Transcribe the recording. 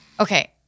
Okay